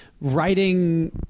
writing